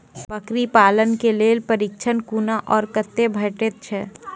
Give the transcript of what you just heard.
बकरी पालन के लेल प्रशिक्षण कूना आर कते भेटैत छै?